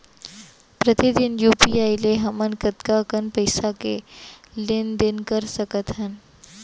प्रतिदन यू.पी.आई ले हमन कतका कन पइसा के लेन देन ल कर सकथन?